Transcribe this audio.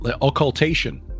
occultation